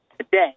today